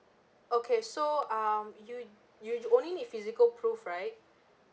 okay so um you'd you'd only need physical proof right